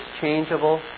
changeable